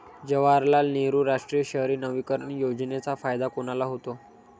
जवाहरलाल नेहरू राष्ट्रीय शहरी नवीकरण योजनेचा फायदा कोणाला होतो?